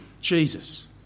Jesus